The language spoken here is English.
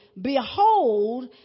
Behold